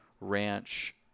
ranch